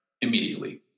immediately